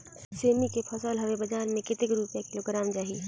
सेमी के फसल हवे बजार मे कतेक रुपिया किलोग्राम जाही?